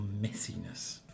messiness